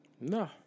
No